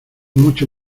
mucho